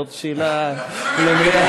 זאת שאלה למליאה.